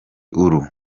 uru